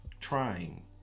trying